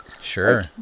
sure